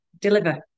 deliver